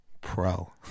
pro